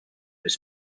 his